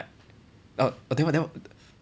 oh that one that one